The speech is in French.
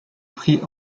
prix